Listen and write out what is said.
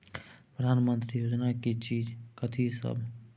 प्रधानमंत्री योजना की चीज कथि सब?